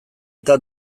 eta